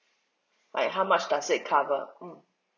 like how much does it cover mm